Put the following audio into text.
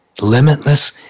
limitless